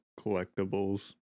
collectibles